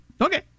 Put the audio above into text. Okay